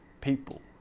people